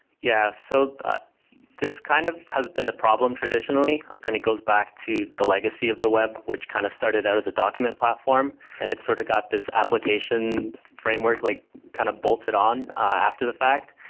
yeah. so ah this kind of has been a problem traditionally and it goes back to the legacy of the web, which kind of started out as a document platform and it sort of got this application framework like kind of bolted on after the fact.